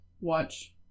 watch